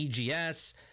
EGS